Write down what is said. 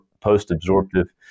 post-absorptive